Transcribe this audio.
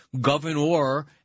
governor